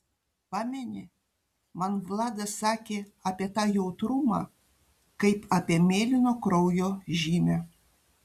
pameni man vladas sakė apie tą jautrumą kaip apie mėlyno kraujo žymę